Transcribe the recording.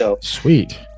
Sweet